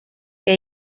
que